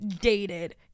dated